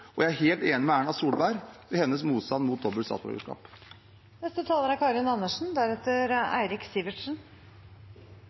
prinsipper. Jeg er helt enig med Erna Solberg i hennes motstand mot dobbelt statsborgerskap. Barnebortføring er